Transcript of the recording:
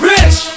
Rich